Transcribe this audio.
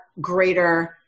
greater